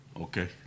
okay